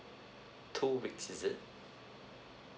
two weeks is it